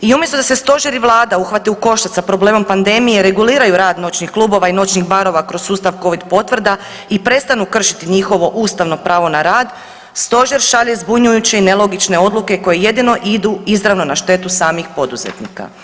I umjesto da se stožer i vlada uhvate u koštac sa problemom pandemije, reguliraju rad noćnih klubova i noćnih barova kroz sustav covid potvrda i prestanu kršiti njihovo ustavno pravo na rad stožer šalje zbunjujuće i nelogične odluke koje jedino idu izravno na štetu samih poduzetnika.